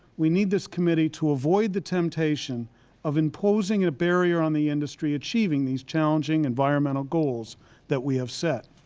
we need this committee to avoid the temptation of imposing a barrier on the industry's achieving these challenging environmental goals that we have set.